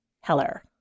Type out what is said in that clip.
Heller